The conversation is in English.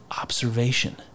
observation